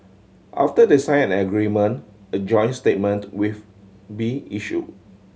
after they sign an agreement a joint statement be issued